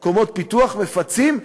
מפצים.